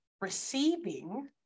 receiving